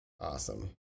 Awesome